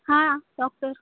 हां डॉक्टर